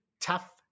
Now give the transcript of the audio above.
tough